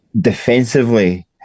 defensively